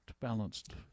balanced